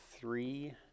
three